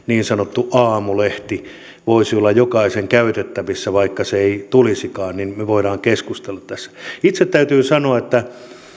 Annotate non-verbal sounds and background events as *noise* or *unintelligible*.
*unintelligible* niin sanottu aamulehti voisi olla jokaisen käytettävissä vaikka se ei tulisikaan siitä me voimme keskustella tässä itse täytyy sanoa että